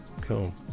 cool